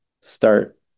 start